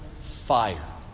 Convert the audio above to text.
fire